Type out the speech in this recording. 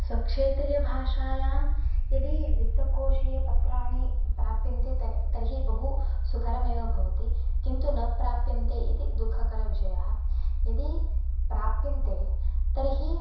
स्वक्षेत्रीयभाषायां यदि वित्तकोशीयपत्राणि प्राप्यन्ते तर्हि बहु सुकरम् एव भवति किन्तु न प्राप्यन्ते इति दुःखकरविषयः यदि प्राप्यन्ते तर्हि